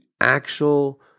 actual